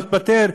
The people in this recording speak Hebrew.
לא התפטר,